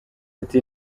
ati